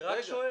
אני רק שואל.